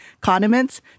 condiments